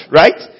right